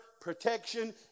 protection